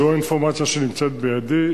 זו האינפורמציה שנמצאת בידי.